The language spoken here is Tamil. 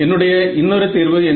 என்னுடைய இன்னொரு தீர்வு என்ன